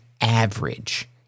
average